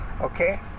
Okay